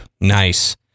nice